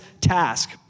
task